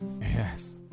Yes